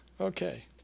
Okay